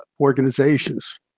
organizations